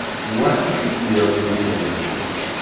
what do those people look like?